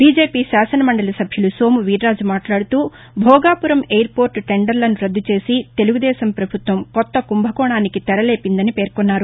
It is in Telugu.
బీజేపీ శాసన మండలి సభ్యులు సోము వీరాజు మాట్లాడుతూ భోగాపురం ఎయిర్పోర్ట్ టెండర్లను రద్దు చేసి తెలుగుదేశం పభుత్వం కొత్త కుంభకోణానికి తెరలేపిందని పేర్కొన్నారు